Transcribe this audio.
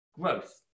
growth